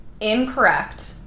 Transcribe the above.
incorrect